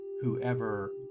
whoever